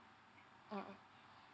mmhmm